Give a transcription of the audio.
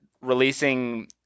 releasing